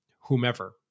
whomever